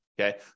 Okay